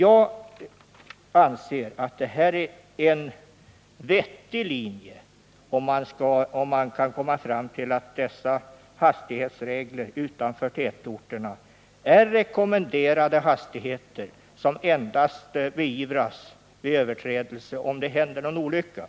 Jag anser att det är vettigt, om man kan komma fram till att dessa hastighetsregler utanför tätorterna är rekommenderade hastigheter som endast beivras vid överträdelse, om det händer någon olycka.